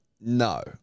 No